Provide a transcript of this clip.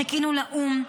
חיכינו לאו"ם,